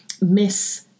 miss